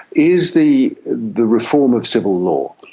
is the the reform of civil law.